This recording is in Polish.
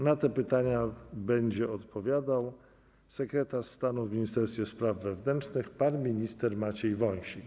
Na te pytania będzie odpowiadał sekretarz stanu w Ministerstwie Spraw Wewnętrznych pan minister Maciej Wąsik.